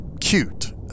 cute